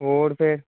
ਹੋਰ ਫਿਰ